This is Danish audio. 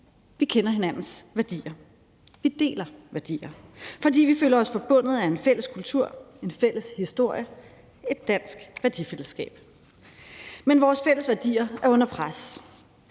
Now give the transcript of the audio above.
vi kender hinandens værdier, vi deler værdier, fordi vi føler os forbundet af en fælles kultur, en fælles historie, et dansk værdifællesskab. Men vores fælles værdier er under pres.